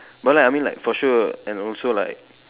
but like I mean like for sure and also like